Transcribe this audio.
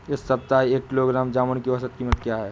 इस सप्ताह एक किलोग्राम जामुन की औसत कीमत क्या है?